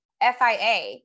FIA